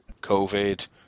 covid